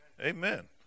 Amen